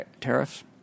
tariffs